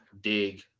dig